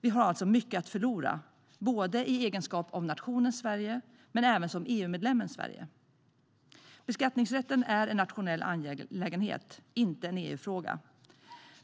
Vi har alltså mycket att förlora både i egenskap av nationen Sverige och som EU-medlemmen Sverige. Beskattningsrätten är en nationell angelägenhet, inte en EU-fråga.